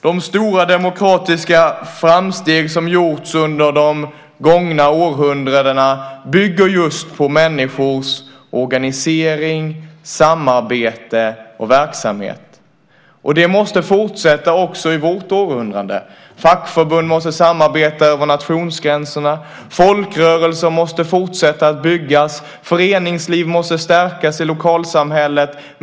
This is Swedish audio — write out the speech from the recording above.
De stora demokratiska framsteg som gjorts under de gångna århundradena bygger just på människors organisering, samarbete och verksamhet. Det måste fortsätta också i vårt århundrade. Fackförbund måste samarbeta över nationsgränserna. Folkrörelser måste fortsätta byggas. Föreningsliv måste stärkas i lokalsamhället.